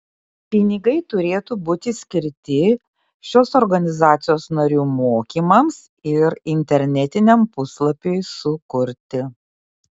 pinigai turėtų būti skirti šios organizacijos narių mokymams ir internetiniam puslapiui sukurti